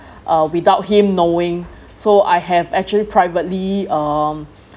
uh without him knowing so I have actually privately um